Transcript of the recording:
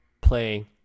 play